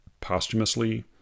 posthumously